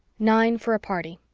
nine for a party